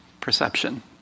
perception